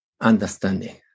understanding